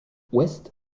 ouest